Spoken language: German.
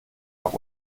noch